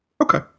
Okay